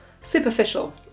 superficial